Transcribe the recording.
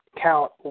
count